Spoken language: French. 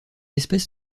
espèce